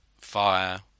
fire